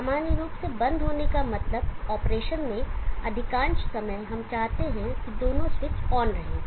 सामान्य रूप से बंद होने का मतलब ऑपरेशन में अधिकांश समय हम चाहते हैं कि दोनों स्विच ऑन रहें